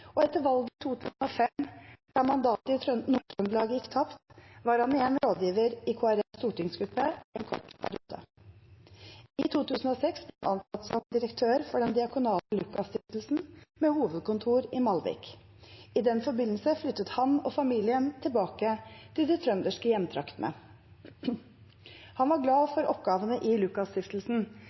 og etter valget i 2005, der mandatet i Nord-Trøndelag gikk tapt, var han igjen rådgiver i Kristelig Folkepartis stortingsgruppe i en kort periode. I 2006 ble han ansatt som direktør for den diakonale Lukasstiftelsen, med hovedkontor i Malvik. I den forbindelse flyttet han og familien tilbake til de trønderske hjemtraktene. Han var glad for oppgavene i Lukasstiftelsen,